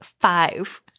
five